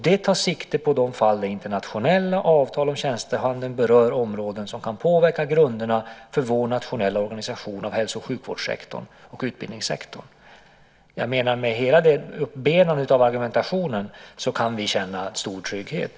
Det tar sikte på de fall där internationella avtal om tjänstehandel berör områden som kan påverka grunderna för vår nationella organisation av hälso och sjukvårdssektorn och utbildningssektorn. Med hela uppbenandet av argumentationen kan vi känna stor trygghet.